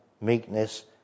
meekness